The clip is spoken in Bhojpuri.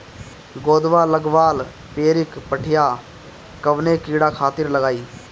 गोदवा लगवाल पियरकि पठिया कवने कीड़ा खातिर लगाई?